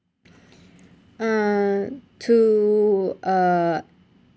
uh to uh